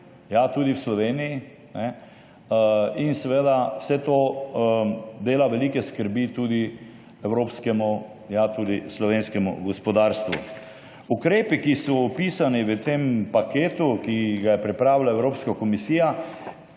tudi v Sloveniji. In seveda vse to dela velike skrbi tudi evropskemu, ja, tudi slovenskemu gospodarstvu. Ukrepi, ki so opisani v tem paketu, ki ga je pripravila Evropska komisija